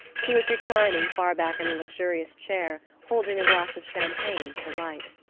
he was reclining far back in the luxurious chair, holding a glass of champagne to the light.